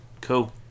cool